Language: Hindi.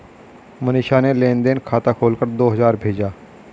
मनीषा ने लेन देन खाता खोलकर दो हजार भेजा